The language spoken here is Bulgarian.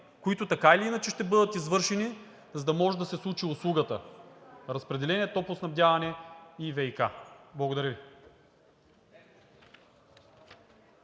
които така или иначе ще бъдат извършени, за да може да се случи услугата от разпределение, топлоснабдяване и ВиК. Благодаря Ви.